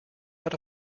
out